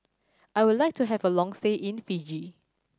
I would like to have a long stay in Fiji